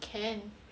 can